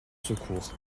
secours